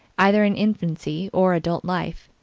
either in infancy or adult life,